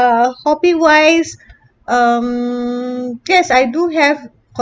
uh hobby wise um yes I do have